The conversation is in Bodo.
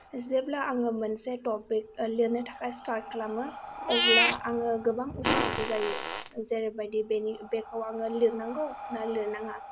जेब्ला आङो मोनसे टपिक लिरनो थाखाय स्टार्ट खालामो अब्ला आङो गोबां उसु खुथु जायो जेरैबायदि बेनि बेखौ आङो लिरनांगौ ना लिरनाङा